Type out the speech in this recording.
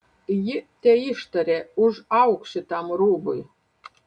ji teištarė užauk šitam rūbui